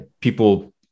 people